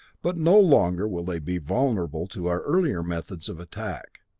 but no longer will they be vulnerable to our earlier methods of attack.